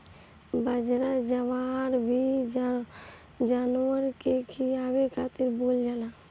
बजरा, जवार भी जानवर के खियावे खातिर बोअल जाला